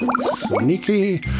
Sneaky